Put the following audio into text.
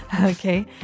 Okay